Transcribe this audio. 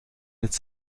het